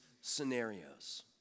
scenarios